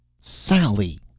Sally